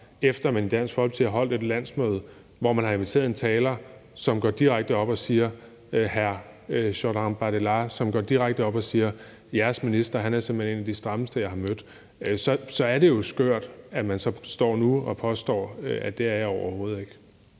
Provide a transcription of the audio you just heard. efter at man i Dansk Folkeparti har holdt et landsmøde, hvor man har inviteret en taler, hr. Jordan Bardella, som går direkte op og siger: Jeres minister er simpelt hen en af de strammeste, jeg har mødt – er det jo skørt, at man så nu står og påstår, at det er jeg overhovedet ikke.